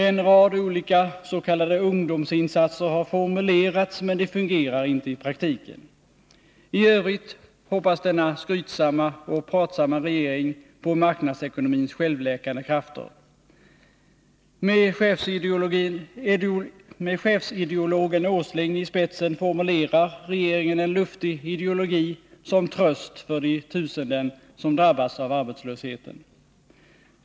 En rad olika s.k. ungdomsinsatser har formulerats, men de fungerar inte i praktiken. I övrigt hoppas denna skrytsamma och pratsamma regering på marknadsekonomins självläkande krafter. Med chefsideologen Åsling i spetsen formulerar regeringen en luftig ideologi som tröst för de tusenden som drabbas av arbetslösheten.